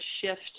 shift